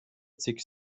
cik